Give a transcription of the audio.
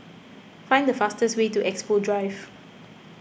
find the fastest way to Expo Drive